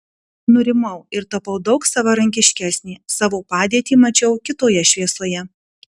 nurimau ir tapau daug savarankiškesnė savo padėtį mačiau kitoje šviesoje